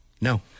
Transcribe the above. No